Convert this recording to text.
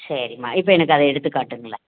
சரிம்மா இப்போ எனக்கு அதை எடுத்து காட்டுங்களேன்